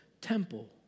temple